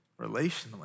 relationally